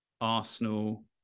Arsenal